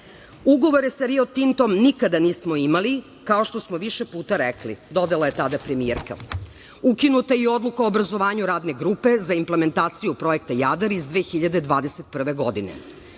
Ugovore sa Rio Tintom nikada nismo imali, kao što smo više puta rekli“, dodala je tada premijerka. „Ukinuta je i Odluka o obrazovanju Radne grupe za implementaciju projekta Jadar iz 2021. godine.